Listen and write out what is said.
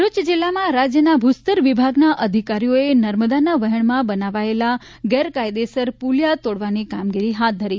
ભરુચ જીલ્લામાં રાજ્યના ભૂસ્તર વિભાગના અધિકારીઓએ નર્મદાના વહેણમાં બનાવેલા ગૈરકાયદેસર પુલીયા તોડવાની કામગીરી હાથ ધરી છે